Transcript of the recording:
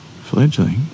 fledgling